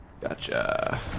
Gotcha